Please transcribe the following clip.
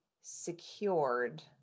secured